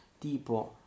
tipo